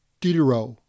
Diderot